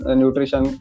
nutrition